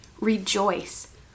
rejoice